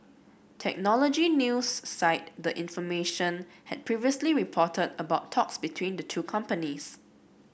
technology news site the information had previously reported about talks between the two companies